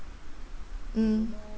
mm